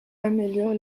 améliore